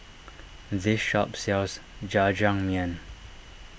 this shop sells Jajangmyeon